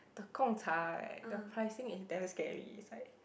the Gong Cha right the pricing is damn scary is like